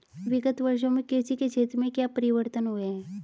विगत वर्षों में कृषि के क्षेत्र में क्या परिवर्तन हुए हैं?